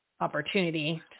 opportunity